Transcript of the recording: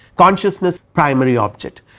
consciousness primary object,